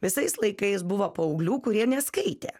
visais laikais buvo paauglių kurie neskaitė